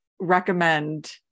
recommend